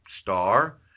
Star